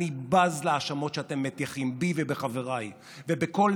אני בז להאשמות שאתם מטיחים בי ובחבריי ובכל